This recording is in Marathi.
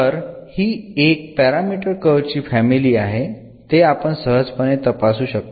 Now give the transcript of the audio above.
तर हि एक 1 पॅरामीटर कर्व ची फॅमिली आहे ते आपण सहजपणे तपासू शकतो